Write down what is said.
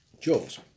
Jaws